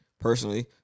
Personally